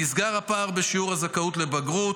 נסגר הפער בשיעור הזכאות לבגרות,